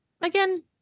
again